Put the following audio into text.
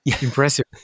impressive